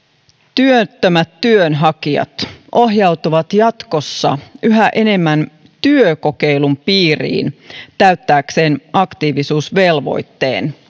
työttömät työnhakijat ohjautuvat jatkossa yhä enemmän työkokeilun piiriin täyttääkseen aktiivisuusvelvoitteen